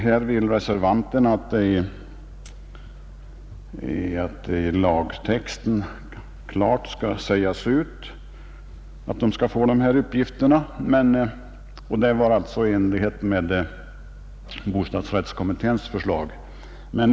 Här vill reservanterna att i lagtexten klart skall sägas ut att bostadsrättshavare skall kunna få dessa uppgifter. Det är i enlighet med bostadsrättskommitténs förslag.